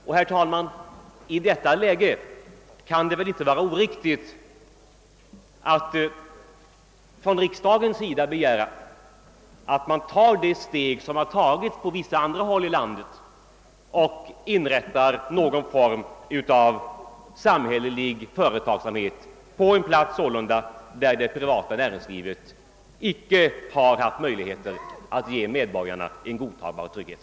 Och, herr talman, i detta läge kan det inte vara oriktigt om riksdagen begär att man upprättar någon form av samhällelig företagsamhet — på en plats sålunda där det privata näringslivet icke lyckats ge medborgarna en godtagbar trygghet.